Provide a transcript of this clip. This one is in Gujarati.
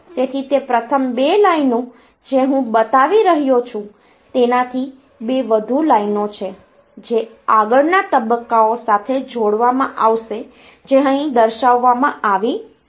તેથી તે પ્રથમ 2 લાઈનો જે હું બતાવી રહ્યો છું તેનાથી 2 વધુ લાઈનો છે જે આગળના તબક્કાઓ સાથે જોડવામાં આવશે જે અહીં દર્શાવવામાં આવી નથી